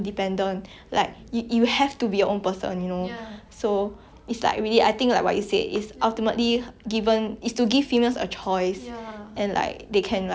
it's to give females a choice and like they can like choose who they want to be lor ya I think that's the most important ya